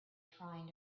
trying